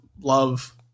love